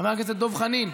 חבר הכנסת דב חנין,